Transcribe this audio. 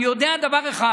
אני יודע דבר אחד: